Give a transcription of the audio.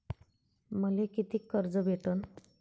मले कितीक कर्ज भेटन?